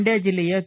ಮಂಡ್ಕ ಜಿಲ್ಲೆಯ ಕೆ